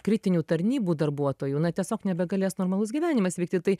kritinių tarnybų darbuotojų na tiesiog nebegalės normalus gyvenimas vykti tai